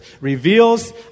reveals